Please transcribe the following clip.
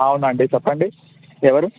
అవునండి చెప్పండి ఎవరు